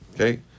Okay